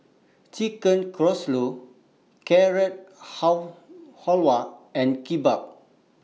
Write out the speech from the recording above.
Chicken Casserole Carrot How Halwa and Kimbap